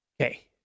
Okay